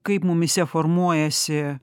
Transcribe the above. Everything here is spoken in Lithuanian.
kaip mumyse formuojasi